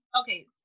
okay